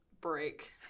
break